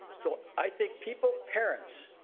so i think people, parents,